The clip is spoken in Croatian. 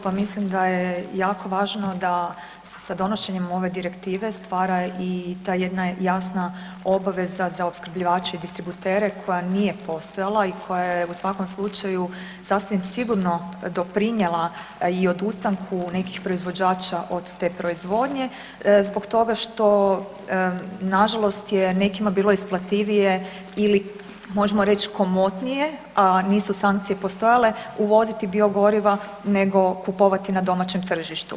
Pa mislim da je jako važno da sa donošenjem ove direktive stvara i ta jedna jasna obaveza za opskrbljivače i distributere koja nije postojala i koja u svakom slučaju sasvim sigurno doprinijela i odustanku nekih proizvođača od te proizvodnje, zbog toga što nažalost je nekima bilo isplativije ili možemo reć komotnije, a nisu sankcije postojale uvoziti biogoriva nego kupovati na domaćem tržištu.